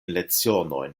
lecionojn